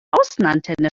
außenantenne